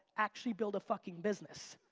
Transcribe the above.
actually build a fucking business.